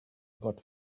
got